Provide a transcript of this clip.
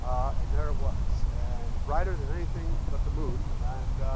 um and there it was. and brighter than anything but the moon. and,